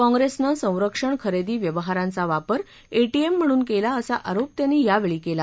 काँग्रेसनं संरक्षण खरेदी व्यवहारांचा वापर एटीएम म्हणून केला असा आरोप त्यांनी यावेळी केला